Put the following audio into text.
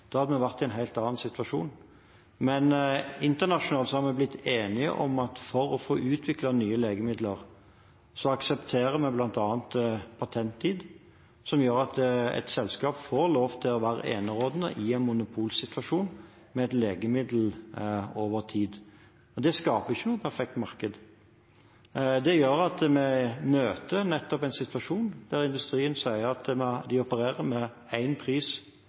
Da hadde vi vært i en helt annen situasjon. Men internasjonalt har vi blitt enige om at for å få utviklet nye legemidler aksepterer vi bl.a. patenttid, som gjør at et selskap får lov til å være enerådende i en monopolsituasjon med et legemiddel over tid. Det skaper ikke noe perfekt marked. Det gjør at vi møter nettopp en situasjon der industrien sier at de opererer med en pris